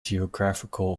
geographical